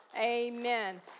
Amen